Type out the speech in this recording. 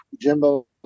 Jimbo